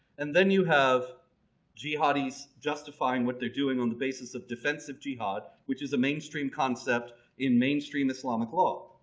and then you have jihadis justifying what they're doing on the basis of defensive jihad, which is a mainstream concept in mainstream islamic law.